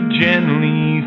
gently